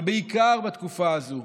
ובעיקר בתקופה הזאת,